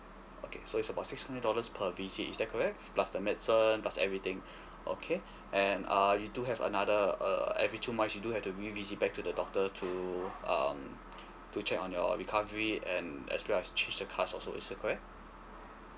okay so it's about six hundred dollars per visit is that correct plus the medicine plus everything okay and uh you do have another uh every two months you do have to revisit back to the doctor to um to check on your recovery and as well as change the cast also is it correct